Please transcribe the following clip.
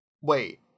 Wait